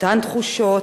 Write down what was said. אותן תחושות,